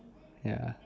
ya